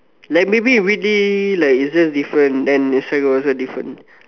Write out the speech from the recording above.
like maybe in Whitley like is just different then is also different